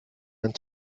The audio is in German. ein